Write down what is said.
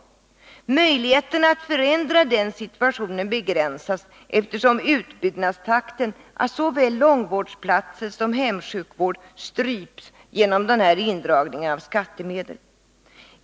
Möjligheterna att förändra den situationen begränsas, eftersom utbyggnadstakten avseende såväl långvårdsplatser som hemsjukvård stryps genom den här indragningen av skattemedel.